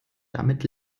damit